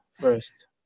first